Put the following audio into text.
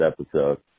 episode